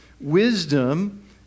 Wisdom